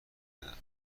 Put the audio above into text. دادم